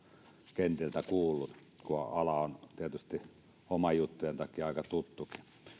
kentiltä kuullut kun ala on tietysti omien juttujen takia aika tuttu